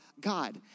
God